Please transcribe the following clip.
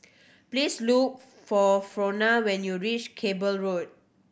please look for Frona when you reach Cable Road